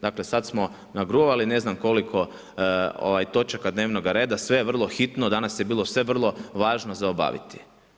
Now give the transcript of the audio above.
Dakle sada smo nagruvali ne znam koliko točaka dnevnog reda, sve je vrlo hitno, danas je bilo sve vrlo važno za obaviti.